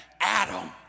Adam